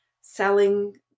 selling